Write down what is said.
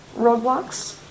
roadblocks